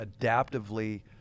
adaptively